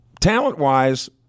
talent-wise